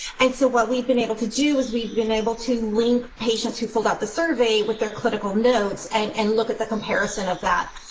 and so, what we've been able to do is we've been able to link patients who filled out the survey with their critical notes, and and look at the comparison of that.